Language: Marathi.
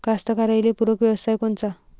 कास्तकाराइले पूरक व्यवसाय कोनचा?